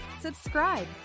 subscribe